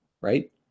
right